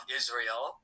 israel